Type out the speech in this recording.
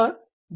E